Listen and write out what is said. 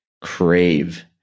crave